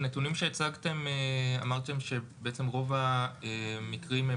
בנתונים שהצגתם אמרתם שלמעשה רוב המקרים הם